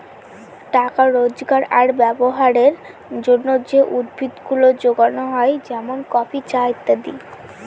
টাকা রোজগার আর ব্যবহারের জন্যে যে উদ্ভিদ গুলা যোগানো হয় যেমন কফি, চা ইত্যাদি